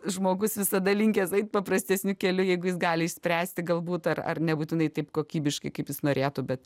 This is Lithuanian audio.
žmogus visada linkęs eit paprastesniu keliu jeigu jis gali išspręsti galbūt ar ar nebūtinai taip kokybiškai kaip jis norėtų bet